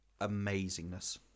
amazingness